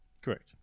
Correct